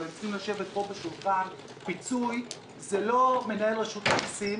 הם צריכים לשבת פה בשולחן זה לא מנהל רשות המסים